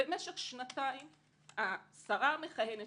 כי במשך שנים השרה המכהנת,